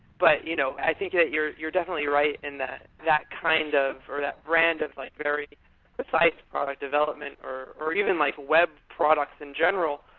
but you know i think that you're you're definitely right in that that kind of or that brand of like very precise product development, or even like web products in general,